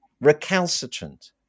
recalcitrant